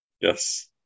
Yes